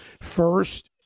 first